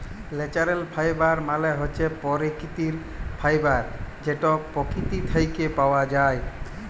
ল্যাচারেল ফাইবার মালে হছে পাকিতিক ফাইবার যেট পকিতি থ্যাইকে পাউয়া যায়